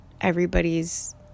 Everybody's